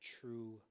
true